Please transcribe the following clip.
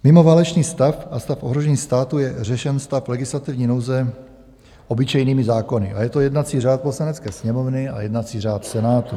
Mimo válečný stav a stav ohrožení státu je řešen stav legislativní nouze obyčejnými zákony a je to jednací řád Poslanecké sněmovny a jednací řád Senátu.